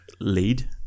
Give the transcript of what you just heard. lead